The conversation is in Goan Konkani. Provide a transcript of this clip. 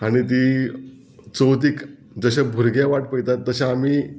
आनी ती चवथीक जशे भुरगे वाट पयतात तशें आमी